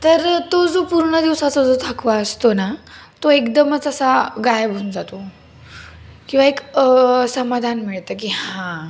तर तो जो पूर्ण दिवसाचा जो थकवा असतो ना तो एकदमच असा गायब होऊन जातो किंवा एक समाधान मिळतं की हां